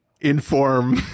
inform